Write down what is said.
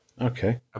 okay